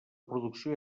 producció